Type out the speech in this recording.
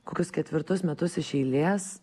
kokius ketvirtus metus iš eilės